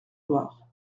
loire